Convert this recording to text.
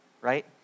right